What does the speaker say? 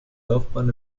laufbahn